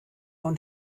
und